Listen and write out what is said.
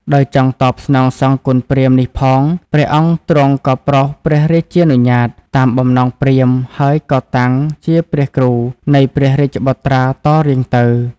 ដោយចង់តបស្នងសងគុណព្រាហ្មណ៍នេះផង ព្រះអង្គទ្រង់ក៏ប្រោសព្រះរាជានុញ្ញាត តាមបំណងព្រាហ្មណ៍ ហើយក៏តាំងជាព្រះគ្រូនៃព្រះរាជបុត្រាតរៀងទៅ ។